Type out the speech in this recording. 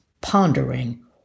pondering